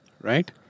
Right